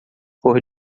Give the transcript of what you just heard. cor